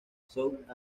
south